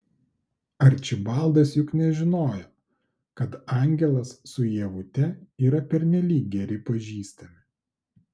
arčibaldas juk nežinojo kad angelas su ievute yra pernelyg geri pažįstami